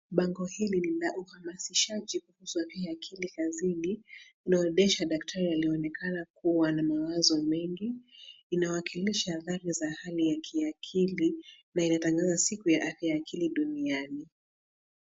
Bengo hili ni la uhamasishaji kuhusu afya ya akili kazini inaonyesha daktari anayeonekana kuwa na mawazo mengi. Inawakilisha dhana ya hali ya kiakili na inatangaza siku ya afya ya akili duniani.